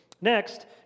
Next